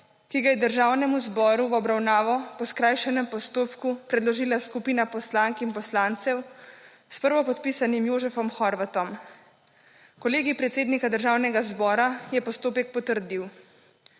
ki ga je Državnemu zboru v obravnavo po skrajšanem postopku predložila skupina poslank in poslancev, s prvopodpisanim Jožefom Horvatom. Kolegij predsednika Državnega zbora je postopek potrdil.